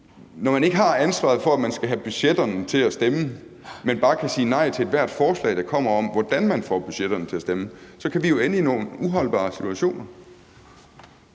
Når man ikke har ansvaret for, at budgetterne skal stemme, men bare kan sige nej til ethvert forslag, der kommer, om, hvordan budgetterne kommer til at stemme, så kan vi jo ende i nogle uholdbare situationer.